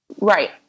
Right